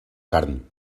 carn